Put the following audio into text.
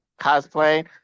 cosplay